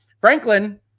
franklin